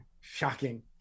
Shocking